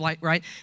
right